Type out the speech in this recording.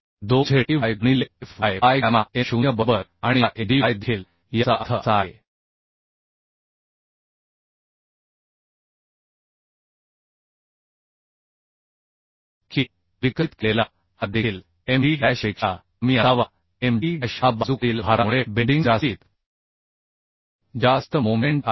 2 z e y गुणिले f y by gamma m0 बरोबर आणि हा m d y देखील याचा अर्थ असा आहे की विकसित केलेला हा देखील m d डॅश पेक्षा कमी असावा m d डॅश हा बाजूकडील भारामुळे बेंडिंग जास्तीत जास्त मोमेंट आहे